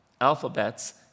alphabets